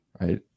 right